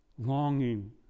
longing